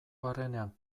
barrenean